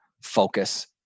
focus